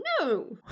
no